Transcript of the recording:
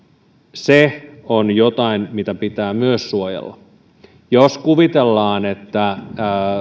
se on jotain mitä pitää myös suojella jos kuvitellaan että